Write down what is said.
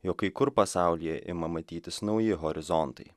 jog kai kur pasaulyje ima matytis nauji horizontai